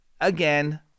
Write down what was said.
again